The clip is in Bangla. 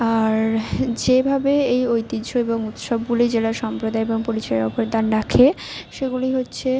আর যেভাবে এই ঐতিহ্য এবং উৎসবগুলি জেলা সম্প্রদায়ে এবং পরিচয়ে অবদান রাখে সেগুলি হচ্ছে